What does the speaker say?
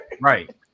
Right